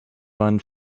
waren